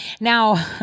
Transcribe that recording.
Now